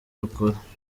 rukora